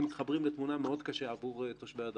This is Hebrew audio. מתחברים לתמונה מאוד קשה עבור תושבי הדרום.